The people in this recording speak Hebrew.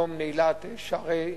יום נעילת שערי,